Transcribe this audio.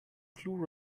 blu